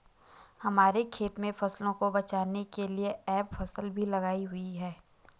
हमारे खेत में फसलों को बचाने के लिए ट्रैप फसल भी लगाई हुई है